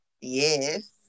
Yes